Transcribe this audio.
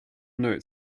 note